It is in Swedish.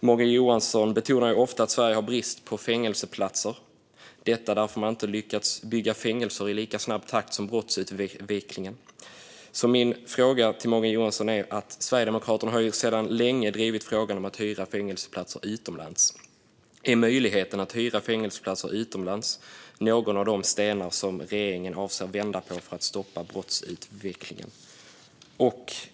Morgan Johansson betonar ofta att Sverige har brist på fängelseplatser - detta för att man inte har lyckats bygga fängelser i samma takt som brottsutvecklingen skett. Sverigedemokraterna har sedan länge drivit frågan om att hyra fängelseplatser utomlands. Är möjligheten att göra det någon av de stenar regeringen avser att vända på för att stoppa brottsutvecklingen?